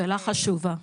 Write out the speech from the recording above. שאלה חשובה.